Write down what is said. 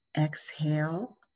Exhale